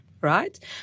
right